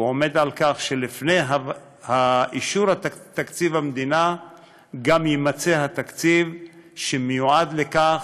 הוא עומד על כך שלפני אישור תקציב המדינה גם יימצא התקציב שמיועד לכך,